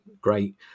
great